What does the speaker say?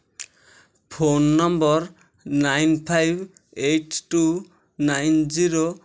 phone number nine five eight two nine zero